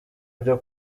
byo